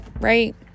right